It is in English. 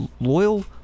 loyal